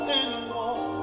anymore